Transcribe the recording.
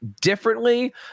differently